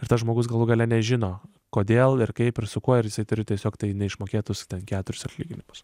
ir tas žmogus galų gale nežino kodėl ir kaip ir su kuo ir jisai turi tiesiog tai neišmokėtus keturis atlyginimus